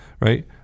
right